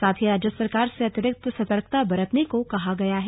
साथ ही राज्य सरकार से अतिरिक्त सतर्कता बरतने को कहा गया है